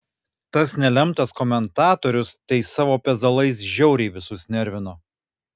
tas nelemtas komentatorius tai savo pezalais žiauriai visus nervino